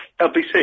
LBC